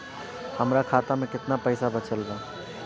हमरा खाता मे केतना पईसा बचल बा?